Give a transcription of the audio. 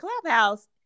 Clubhouse